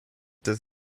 does